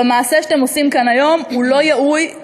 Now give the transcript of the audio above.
והמעשה שאתם עושים כאן היום הוא לא ראוי,